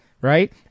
right